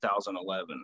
2011